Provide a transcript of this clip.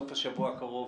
סוף השבוע הקרוב,